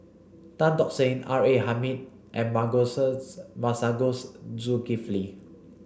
Tan Tock Seng R A Hamid and Masagos Zulkifli